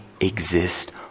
exist